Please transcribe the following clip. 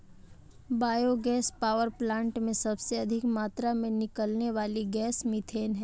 bio gas power plant में सबसे अधिक मात्रा में निकलने वाली गैस मिथेन है